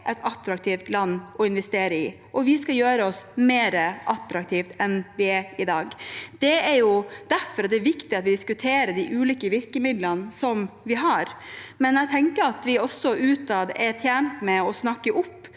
et attraktivt land å investere i, og vi skal gjøre oss mer attraktive enn vi er i dag. Det er derfor det er viktig at vi diskuterer de ulike virkemidlene vi har, men jeg tenker at vi også utad er tjent med å snakke opp